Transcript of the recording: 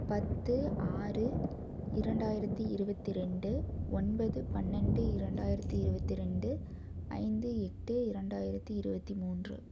பத்து ஆறு இரண்டாயிரத்து இருபத்தி ரெண்டு ஒன்பது பன்னெண்டு இரண்டாயிரத்து இருபத்தி ரெண்டு ஐந்து எட்டு இரண்டாயிரத்து இருபத்தி மூன்று